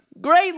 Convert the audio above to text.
Great